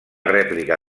rèplica